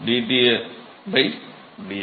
மாணவர் dT dx